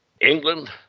england